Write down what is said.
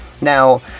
Now